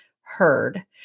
heard